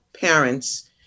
parents